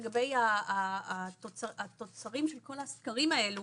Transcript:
לגבי התוצרים של כל הסקרים האלה,